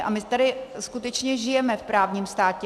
A my tady skutečně žijeme v právním státě.